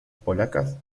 polacas